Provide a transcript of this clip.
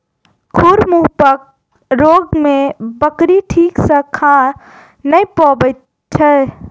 खुर मुँहपक रोग मे बकरी ठीक सॅ खा नै पबैत छै